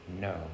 no